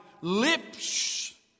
lips